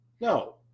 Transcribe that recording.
No